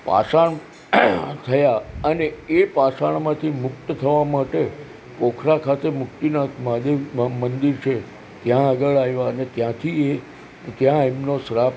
પાષાણ થયા અને એ પાષાણમાંથી મુક્ત થવા માટે પોખરા ખાતે મુક્તિનાથ મહાદેવ મ મંદિર છે ત્યાં આગળ આવ્યા અને ત્યાંથી એ ત્યાં એમનો શ્રાપ